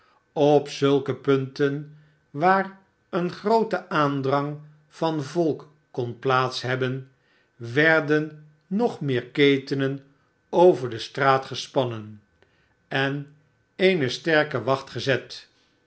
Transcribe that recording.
op zulke punten waar een groote aandrang van volk kon plaats hebben werden nog meer ketenen over de straat gespannen en eene sterke wacht gezet